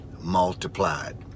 multiplied